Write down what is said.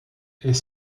est